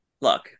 look